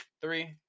Three